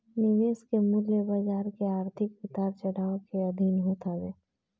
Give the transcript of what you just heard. निवेश के मूल्य बाजार के आर्थिक उतार चढ़ाव के अधीन होत हवे